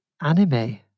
anime